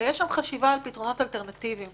ויש שם חשיבה על פתרונות אלטרנטיביים.